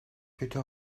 kötü